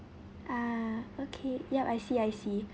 ah okay yup I see I see